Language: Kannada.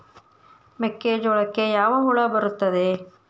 ಮೆಕ್ಕೆಜೋಳಕ್ಕೆ ಯಾವ ಹುಳ ಬರುತ್ತದೆ?